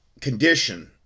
condition